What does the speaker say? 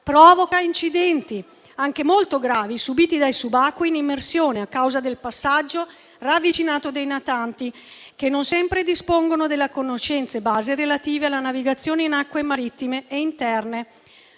provoca incidenti, anche molto gravi, subiti dai subacquei in immersione a causa del passaggio ravvicinato dei natanti, che non sempre dispongono delle conoscenze base relative alla navigazione in acque marittime e interne.